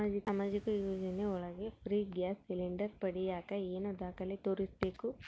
ಸಾಮಾಜಿಕ ಯೋಜನೆ ಒಳಗ ಫ್ರೇ ಗ್ಯಾಸ್ ಸಿಲಿಂಡರ್ ಪಡಿಯಾಕ ಏನು ದಾಖಲೆ ತೋರಿಸ್ಬೇಕು?